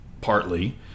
partly